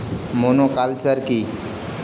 Monoculture কি?